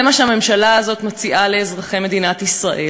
זה מה שהממשלה הזאת מציעה לאזרחי מדינת ישראל,